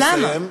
נא לסיים.